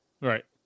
right